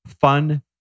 fun